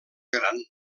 gran